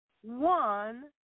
one